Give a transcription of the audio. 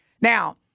Now